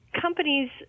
companies